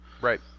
Right